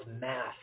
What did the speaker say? math